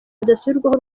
bidasubirwaho